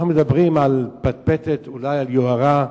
אנחנו מדברים על פטפטת, אולי על יוהרה,